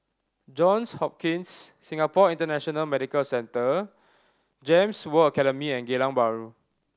Johns Hopkins Singapore International Medical Centre GEMS World Academy and Geylang Bahru